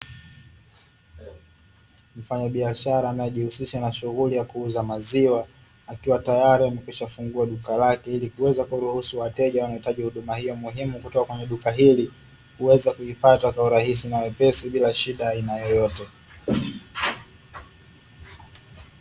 Mfanyabiashara anayejihusisha na shughuli ya kuuza maziwa, akiwa tayari amekwishafungua duka lake ,ili kuweza kuruhusu wateja wanaohitaji huduma hiyo muhimu kutoka kwenye duka hili, kuweza kuipata kwa urahisi na wepesi bila shida aina yoyote.